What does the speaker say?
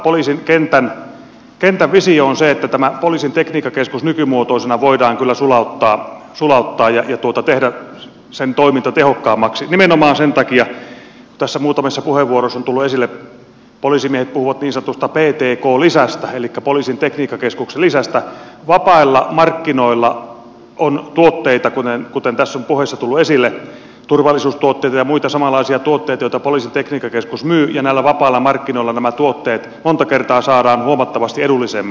poliisin kentän visio on se että tämä poliisin tekniikkakeskus nykymuotoisena voidaan kyllä sulauttaa ja tehdä sen toiminta tehokkaammaksi nimenomaan sen takia että poliisimiehet puhuvat niin sanotusta ptk lisästä elikkä poliisin tekniikkakeskuksen lisästä vapailla markkinoilla on tuotteita kuten tässä on puheissa tullut esille turvallisuustuotteita ja muita samanlaisia tuotteita joita poliisin tekniikkakeskus myy ja näillä vapailla markkinoilla nämä tuotteet monta kertaa saadaan huomattavasti edullisemmin